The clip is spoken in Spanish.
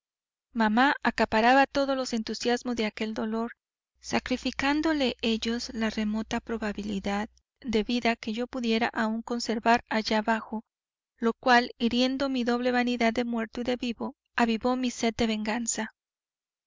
mamá acaparaba todos los entusiasmos de aquel dolor sacrificándole ellos la remota probabilidad de vida que yo pudiera aún conservar allá abajo lo cual hiriendo mi doble vanidad de muerto y de vivo avivó mi sed de venganza